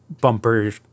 bumper